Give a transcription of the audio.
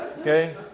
okay